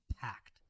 packed